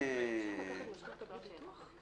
אפשר לקחת משכנתה בלי ביטוח?